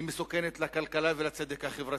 היא מסוכנת לכלכלה ולצדק החברתי,